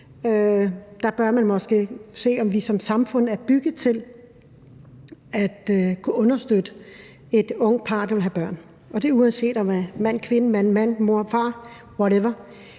bør se på, om vi som samfund er bygget til at kunne understøtte et ungt par, der vil have børn, og det er, uanset om man er mand-kvinde, mand-mand, mor og far – whatever.